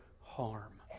harm